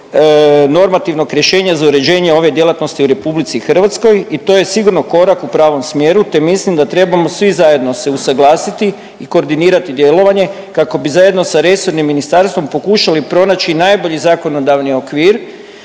normativnog rješenja za uređenje ove djelatnosti u RH i to je sigurno korak u pravom smjeru te mislim da trebamo svi zajedno se usuglasiti i koordinirati djelovanje kako bi zajedno sa resornim ministarstvom pokušali pronaći najbolji zakonodavni okvir